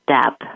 step